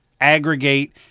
aggregate